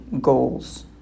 goals